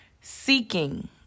seeking